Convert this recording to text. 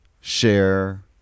share